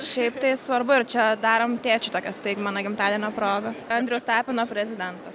šiaip tai svarbu ir čia darom tėčiui tokią staigmeną gimtadienio proga andriaus tapino prezidentas